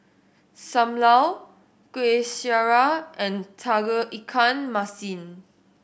Sam Lau Kuih Syara and Tauge Ikan Masin